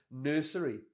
Nursery